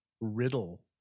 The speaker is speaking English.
Riddle